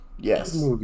Yes